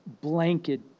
blanket